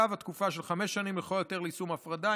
תוקצב תקופה של חמש שנים לכל היותר ליישום ההפרדה.